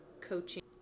coaching